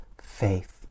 faith